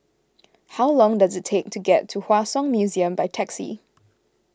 how long does it take to get to Hua Song Museum by taxi